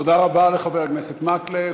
תודה רבה לחבר הכנסת מקלב.